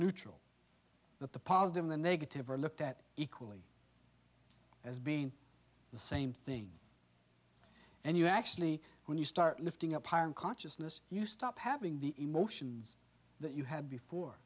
neutral that the positive the negative are looked at equally as being the same thing and you actually when you start lifting up higher consciousness you stop having the emotions that you had before